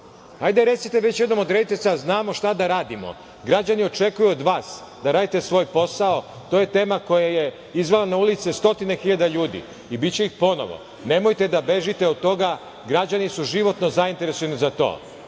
Hajde recite već jednom, odredite se da znamo šta da radimo. Građani očekuju od vas da radite svoj posao. To je tema koja je izvela na ulice stotine hiljada ljudi i biće ih ponovo. Nemojte da bežite od toga, građani su životno zainteresovani za to.